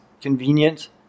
convenient